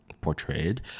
portrayed